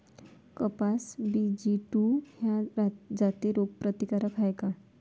कपास B G two जाती रोग प्रतिकारक हाये का?